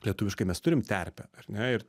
lietuviškai mes turim terpę ar ne ir